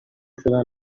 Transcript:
شدن